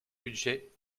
budget